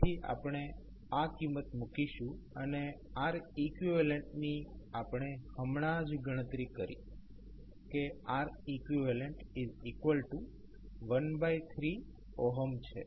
તેથી આપણે આ કિંમત મૂકીશું અને Req ની આપણે હમણાં ગણતરી કરી Req13 છે